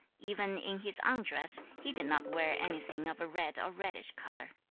even in his undress, he did not wear anything of a red or reddish colour.